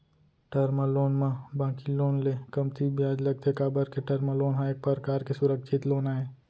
term loan म बाकी loan ले कमती बियाज लगथे काबर के टर्म लोन ह एक परकार के सुरक्छित लोन आय